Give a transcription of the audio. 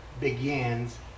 begins